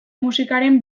musikaren